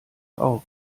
auf